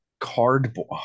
Cardboard